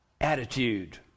attitude